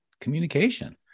communication